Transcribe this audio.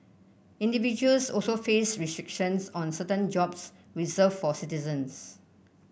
individuals also face restrictions on certain jobs reserve for citizens